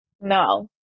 no